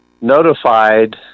notified